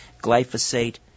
glyphosate